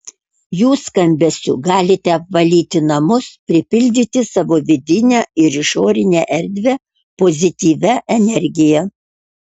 jų skambesiu galite apvalyti namus pripildyti savo vidinę ir išorinę erdvę pozityvia energija